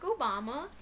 Obama